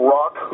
Rock